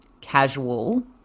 casual